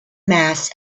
mass